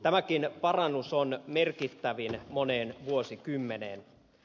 tämäkin parannus on merkittävin moneen vuosikymmeneen